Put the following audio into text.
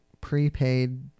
prepaid